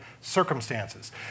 circumstances